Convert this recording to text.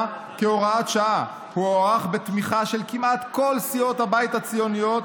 כהוראת שעה הוא הוארך בתמיכה של כמעט כל סיעות הבית הציוניות,